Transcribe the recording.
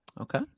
Okay